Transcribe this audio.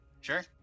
Sure